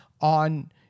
on